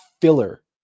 filler